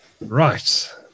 Right